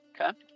Okay